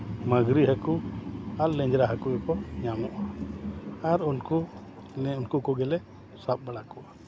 ᱢᱟᱺᱜᱽᱨᱤ ᱦᱟᱹᱠᱩ ᱟᱨ ᱞᱮᱧᱡᱽᱨᱟ ᱦᱟᱹᱠᱩ ᱠᱚ ᱧᱟᱢᱚᱜᱼᱟ ᱩᱱᱠᱩ ᱩᱱᱠᱩ ᱠᱚᱜᱮᱞᱮ ᱥᱟᱵ ᱵᱟᱲᱟ ᱠᱚᱣᱟ